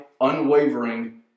unwavering